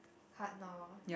hard now lah